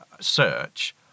Search